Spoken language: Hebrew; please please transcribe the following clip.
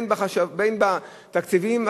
בתקציבים,